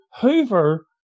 Hoover